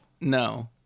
No